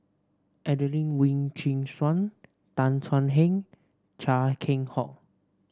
Adelene Wee Chin Suan Tan Thuan Heng Chia Keng Hock